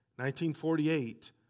1948